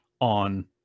on